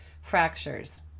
Fractures